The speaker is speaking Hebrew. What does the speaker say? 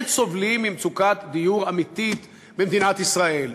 סובלים ממצוקת דיור אמיתית במדינת ישראל.